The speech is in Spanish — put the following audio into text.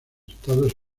estados